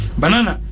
banana